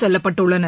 செல்லப்பட்டுள்ளனர்